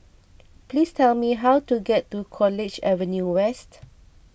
please tell me how to get to College Avenue West